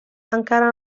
encara